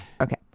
Okay